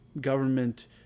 government